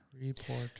report